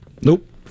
Nope